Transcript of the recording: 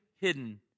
hidden